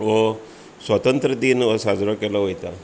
हो स्वातंत्र दीन हो साजरो केलो वयता